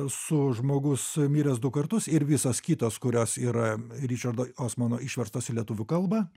su žmogus miręs du kartus ir visos kitos kurios yra ričardo osmano išverstos į lietuvių kalbą